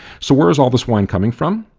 so where is all this wine coming from?